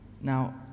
Now